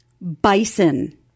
Bison